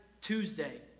Tuesday